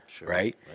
right